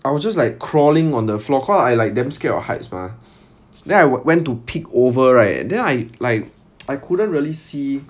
I was just like crawling on the floor cause I like damn scared of heights mah then I went to peek over right then I like I couldn't really see